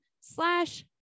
slash